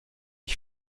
ich